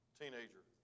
teenager